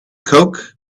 coke